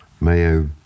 Mayo